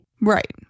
Right